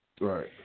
Right